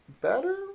better